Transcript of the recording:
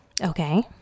Okay